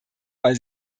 weil